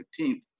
15th